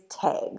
tags